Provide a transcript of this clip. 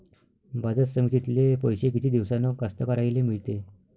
बाजार समितीतले पैशे किती दिवसानं कास्तकाराइले मिळते?